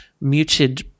muted